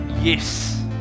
yes